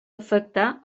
afectar